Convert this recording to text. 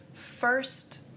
First